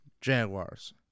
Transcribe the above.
Jaguars